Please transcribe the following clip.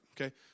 okay